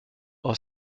och